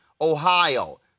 Ohio